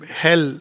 hell